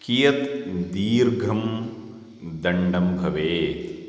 कियत् दीर्घं दण्डं भवेत्